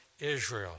Israel